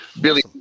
Billy